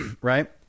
Right